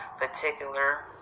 particular